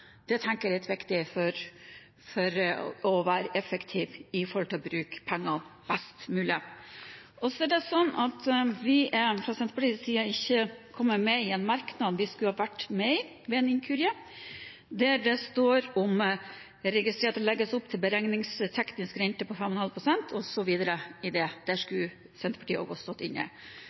Det tenker jeg er litt viktig for å være effektiv når det gjelder å bruke pengene best mulig. Så er Senterpartiet ved en inkurie ikke kommet med i en merknad vi skulle vært med i. Det er merknaden som starter med at et flertall «registrerer at det legges opp til en beregningsteknisk rente på 5,5 pst.». Der skulle Senterpartiet vært med. Så helt til slutt: Senterpartiet